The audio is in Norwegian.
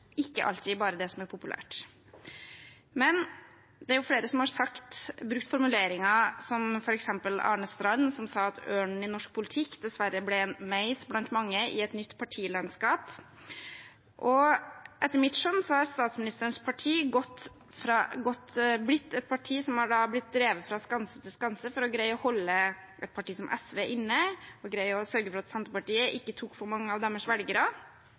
ikke alltid bare det som er populært. Men det er jo flere som har brukt formuleringer som f.eks. Arne Strand, som sa at ørnen i norsk politikk dessverre ble «en meis blant mange» i et nytt partilandskap. Etter mitt skjønn har statsministerens parti blitt et parti som har blitt drevet fra skanse til skanse for å greie å holde et parti som SV inne og greie å sørge for at Senterpartiet ikke tok for mange av deres velgere.